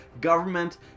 government